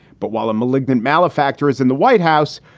but while a malignant malefactor is in the white house,